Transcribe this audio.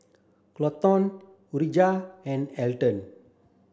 Colton Urijah and Elton